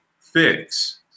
fix